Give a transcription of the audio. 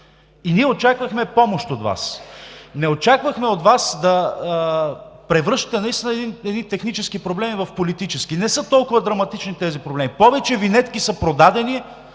и ние очаквахме помощ от Вас, не очаквахме от Вас да превръщате наистина технически проблеми в политически. Не са толкова драматични тези проблеми. Повече винетки са продадени